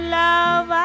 love